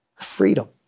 Freedom